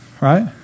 Right